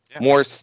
More